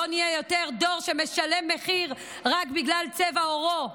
לא נהיה יותר דור שמשלם מחיר רק בגלל צבע עורו.